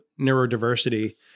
neurodiversity